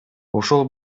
ушул